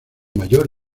mayor